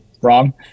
wrong